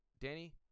Danny